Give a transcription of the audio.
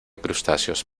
crustáceos